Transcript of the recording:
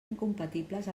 incompatibles